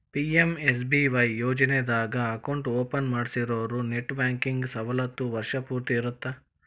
PMSBY ಯೋಜನಾದಾಗ account open ಮಾಡ್ಸಿರೋರು net banking ಸವಲತ್ತು ವರ್ಷ್ ಪೂರ್ತಿ ಇರತ್ತ